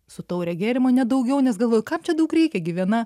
su taure gėrimo ne daugiau nes galvoju kam čia daug reikia gi vena